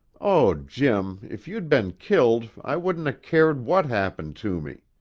oh, jim, if you'd been killed i wouldn't a cared what happened to me!